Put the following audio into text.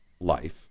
Life